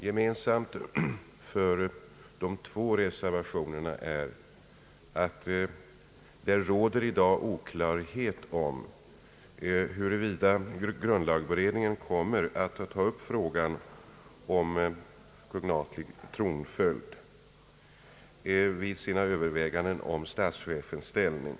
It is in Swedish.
Gemensamt för de båda reservationerna är att det i dag råder oklarhet om huruvida grundlagberedningen kommer att ta upp frågan om kognatisk tronföljd vid sina överväganden om statschefens ställning.